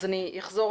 אני רוצה